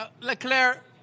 Leclerc